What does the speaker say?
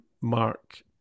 Mark